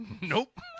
nope